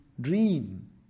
dream